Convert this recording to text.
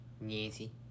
Nancy